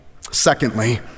Secondly